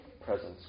presence